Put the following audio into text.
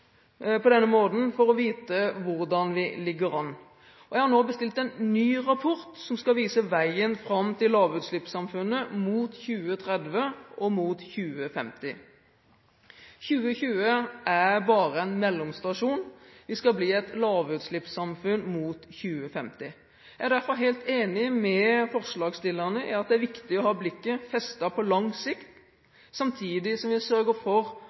på denne måten for å vite hvordan vi ligger an. Jeg har nå bestilt en ny rapport som skal vise veien fram til lavutslippssamfunnet mot 2030 og 2050. 2020 er bare en mellomstasjon. Vi skal bli et lavutslippssamfunn mot 2050. Jeg er derfor helt enig med forslagsstillerne i at det er viktig å ha blikket festet på lang sikt, samtidig som vi sørger for